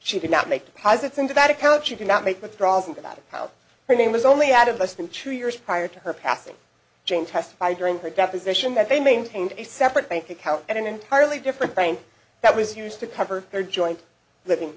she did not make deposits into that account you cannot make withdrawals and about how her name was only added less than two years prior to her passing jane testified during her deposition that they maintained a separate bank account in an entirely different plane that was used to cover their joint living